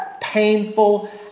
painful